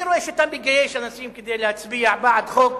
אני רואה שאתה מגייס אנשים כדי להצביע על חוק,